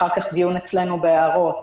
אחר כך דיון אצלנו בהערות,